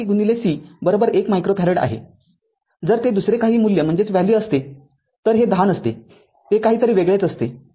c १ microfarad आहेजर ते दुसरे काही मूल्य असते तर हे १० नसते ते काहीतरी वेगळेच असते